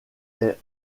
est